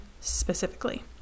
specifically